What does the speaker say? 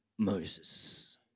Moses